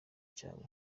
cyawe